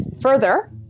Further